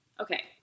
okay